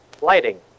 lighting